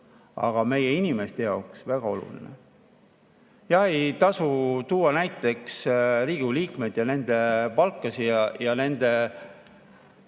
aga meie inimeste jaoks väga oluline. Ja ei tasu tuua näiteks Riigikogu liikmeid ja nende palkasid ja nende